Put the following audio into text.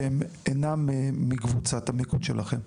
שהם אינם מקבוצת המיקוד שלכם.